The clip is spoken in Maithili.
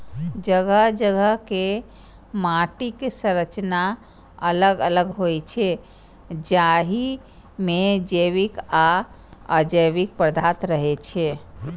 जगह जगह के माटिक संरचना अलग अलग होइ छै, जाहि मे जैविक आ अजैविक पदार्थ रहै छै